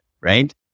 right